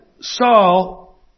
Saul